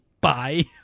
bye